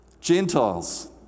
Gentiles